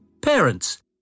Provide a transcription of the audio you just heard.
Parents